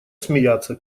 смеяться